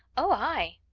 oh! ay,